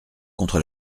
contre